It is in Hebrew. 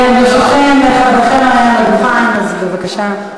כן, ברשותכם, חברכם על הדוכן, אז בבקשה.